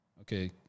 okay